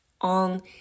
on